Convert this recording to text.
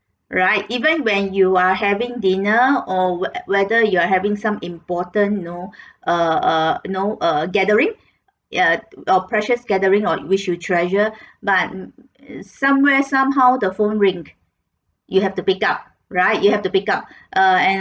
right even when you are having dinner or whether you are having some important you know err err you know err gathering err or precious gathering on we should treasure but somewhere somehow the phone ring you have to pick up right you have to pick up uh and